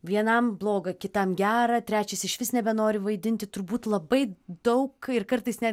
vienam bloga kitam gera trečias išvis nebenori vaidinti turbūt labai daug ir kartais net